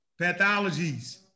Pathologies